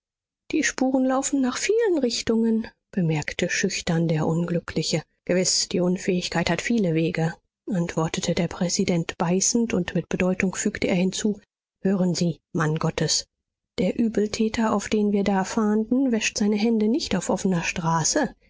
die spuren laufen nach vielen richtungen bemerkte schüchtern der unglückliche gewiß die unfähigkeit hat viele wege antwortete der präsident beißend und mit bedeutung fügte er hinzu hören sie mann gottes der übeltäter auf den wir da fahnden wäscht seine hände nicht auf offener straße